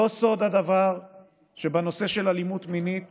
לא סוד הדבר שבנושא של אלימות מינית